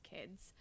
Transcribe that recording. kids